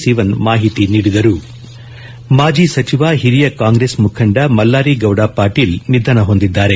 ಸಿವನ್ ಮಾಹಿತಿ ನೀಡಿದರು ಮಾಜಿ ಸಚಿವ ಹಿರಿಯ ಕಾಂಗ್ರೆಸ್ ಮುಖಂಡ ಮಲ್ಲಾರಿ ಗೌಡ ಪಾಟೀಲ್ ನಿಧನ ಹೊಂದಿದ್ಲಾರೆ